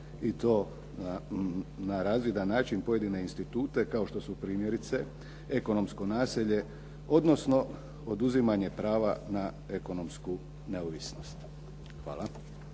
i to na razvidni način pojedine institute, kao što su primjerice ekonomsko nasilje, odnosno oduzimanje prava na ekonomsku neovisnost. Hvala.